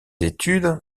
études